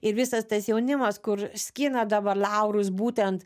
ir visas tas jaunimas kur skina dabar laurus būtent